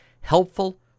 Helpful